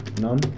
None